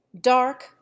Dark